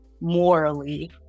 morally